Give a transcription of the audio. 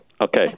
Okay